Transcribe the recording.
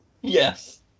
Yes